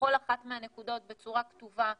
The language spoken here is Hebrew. לכל אחת מהנקודות בצורה כתובה ומסודרת,